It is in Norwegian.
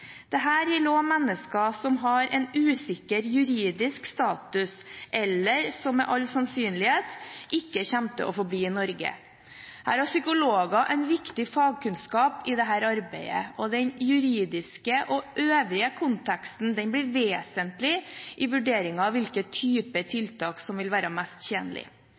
mennesker som har en usikker juridisk status, eller som med all sannsynlighet ikke kommer til å få bli i Norge. Her har psykologer en viktig fagkunnskap i arbeidet, og den juridiske og øvrige konteksten blir vesentlig i vurderingen av hvilke typer tiltak som vil være mest